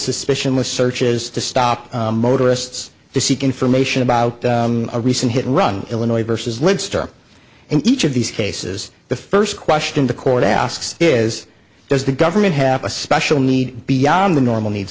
suspicion less searches to stop motorists to seek information about a recent hit and run illinois versus linster and each of these cases the first question the court asks is does the government have a special need beyond the normal needs